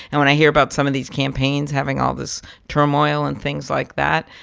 and when i hear about some of these campaigns having all this turmoil and things like that,